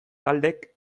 taldek